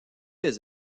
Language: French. des